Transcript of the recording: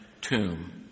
tomb